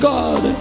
God